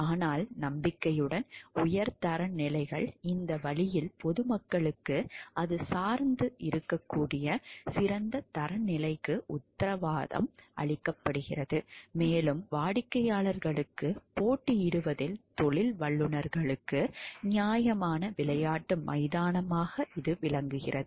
ஆனால் நம்பிக்கையுடன் உயர் தரநிலைகள் இந்த வழியில் பொதுமக்களுக்கு அது சார்ந்து இருக்கக்கூடிய சிறந்த தரநிலைக்கு உத்தரவாதம் அளிக்கப்படுகிறது மேலும் வாடிக்கையாளர்களுக்கு போட்டியிடுவதில் தொழில் வல்லுநர்களுக்கு நியாயமான விளையாட்டு மைதானம் வழங்கப்படுகிறது